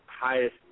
highest